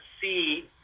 see